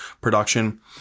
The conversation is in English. production